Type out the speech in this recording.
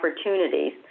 opportunities